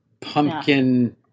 pumpkin